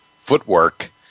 footwork